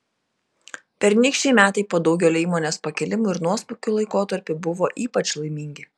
pernykščiai metai po daugelio įmonės pakilimų ir nuosmukių laikotarpių buvo ypač laimingi